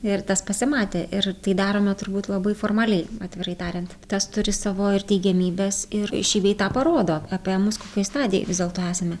ir tas pasimatė ir tai darome turbūt labai formaliai atvirai tariant tas turi savo ir teigiamybes ir šį bei tą parodo apie mus kokioj stadijoj vis dėlto esame